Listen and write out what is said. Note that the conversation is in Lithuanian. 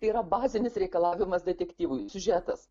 tai yra bazinis reikalavimas detektyvui siužetas